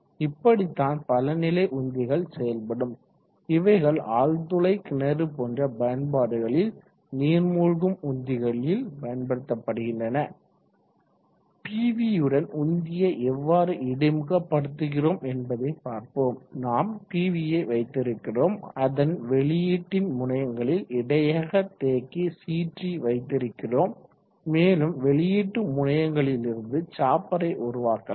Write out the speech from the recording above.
இப்படிதான் பலநிலை உந்திகள் செயல்படும் இவைகள் ஆழ்துளை கிணறு போன்ற பயன்பாடுகளில் நீர்மூழ்கும் உந்திகளில் பயன்படுத்தப்படுகின்றன பிவியுடன் உந்தியை எவ்வாறு இடைமுகப்படுத்துகிறோம் என்பதை பார்ப்போம் நாம் பிவியை வைத்திருக்கிறோம் அதன் வெளியீட்டின் முனையங்களில் இடையகக் தேக்கி CT வைத்திருக்கிறோம் மேலும் வெளியீட்டு முனையங்களிலிருந்து சாப்பரை உருவாக்கலாம்